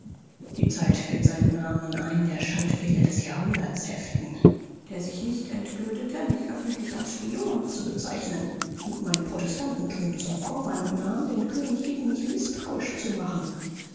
die zeit wird seinen namen an einen der schandpfähle des jahrhunderts heften der sich nicht entblödete mich öffentlich als spion zu bezeichnen und mein protestantentum zum vorwand nahm den könig gegen mich mißtrauisch zu machen